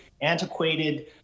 antiquated